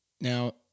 Now